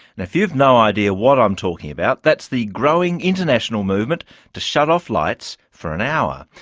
and if you've no idea what i'm talking about, that's the growing international movement to shut off lights for an hour.